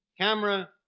camera